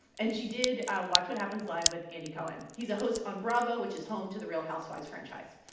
and she did watch what happens live with andy cohen. he's a host on bravo, which is home to the real housewives franchise.